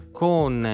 con